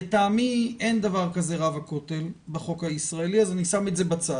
לטעמי אין דבר כזה רב הכותל בחוק הישראלי אז אני שם את זה בצד.